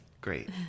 great